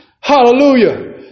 Hallelujah